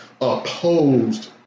opposed